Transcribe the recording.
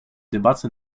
debatte